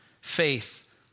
faith